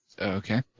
Okay